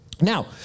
Now